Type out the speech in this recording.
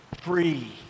Free